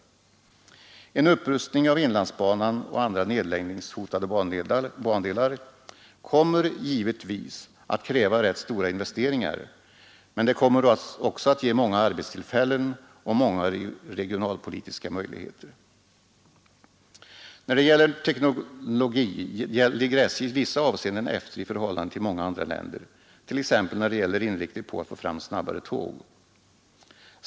Denna upprustning av inlandsbanan och andra nedläggningshotade bandelar kommer givetvis att kräva rätt stora investeringar, men den kommer också att ge många arbetstillfällen och många regionalpolitiska möjligheter. I fråga om teknologi ligger SJ i vissa avseenden efter i förhållande till många andra länder, t.ex. när det gäller inriktning på att få fram snabbare tåg.